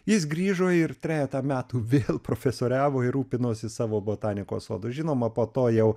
jis grįžo ir trejetą metų vėl profesoriavo ir rūpinosi savo botanikos sodu žinoma po to jau